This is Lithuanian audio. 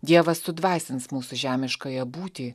dievas sudvasins mūsų žemiškąją būtį